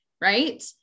right